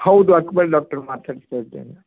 ಹೌದು ಅಕ್ಬಲ್ ಡಾಕ್ಟ್ರು ಮಾತಾಡ್ತ ಇದ್ದೇನೆ